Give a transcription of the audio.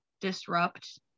disrupt